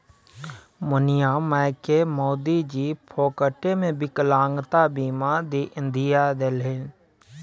मुनिया मायकेँ मोदीजी फोकटेमे विकलांगता बीमा दिआ देलनि